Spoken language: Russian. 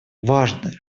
важно